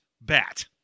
bat